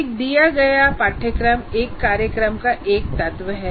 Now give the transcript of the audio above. एक दिया गया पाठ्यक्रम एक कार्यक्रम का एक तत्व है